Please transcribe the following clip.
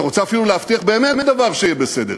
אתה רוצה אפילו להבטיח באמת דבר שיהיה בסדר.